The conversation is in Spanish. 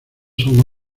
son